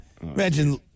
Imagine